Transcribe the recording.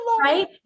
Right